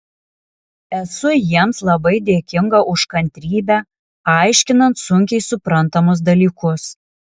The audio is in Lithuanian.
esu jiems labai dėkinga už kantrybę aiškinant sunkiai suprantamus dalykus